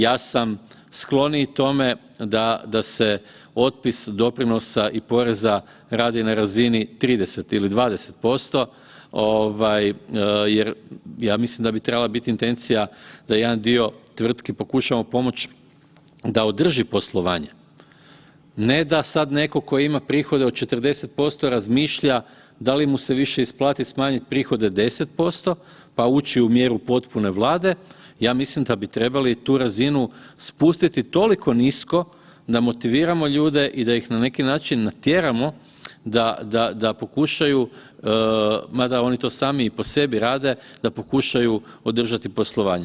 Ja sam skloniji tome da se otpis doprinosa i poreza radi na razini 30 ili 20% ovaj jer ja mislim da bi trebala biti intencija da jedan dio tvrtki pokušamo pomoći da održi poslovanje, ne da sad netko tko ima prihode od 40% razmišlja da li mu se više isplati smanjiti prihode 10% pa ući u mjeru potpune Vlade, ja mislim da bi trebali tu razinu spustiti toliko nismo da motiviramo ljude i da ih na neki način natjeramo da pokušaju, mada oni to sami i po sebi rade, da pokušaju održati poslovanje.